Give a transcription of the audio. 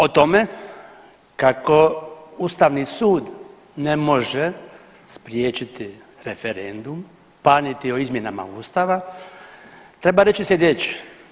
O tome kako Ustavni sud ne može spriječiti referendum pa niti o izmjenama Ustava treba reći slijedeće.